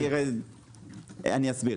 אסביר.